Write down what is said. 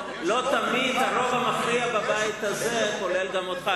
לא תמיד הרוב המכריע בבית הזה כולל גם אותך,